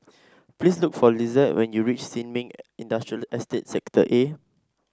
please look for Lizette when you reach Sin Ming Industrial Estate Sector A